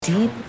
Deep